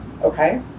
Okay